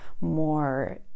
more